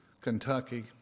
Kentucky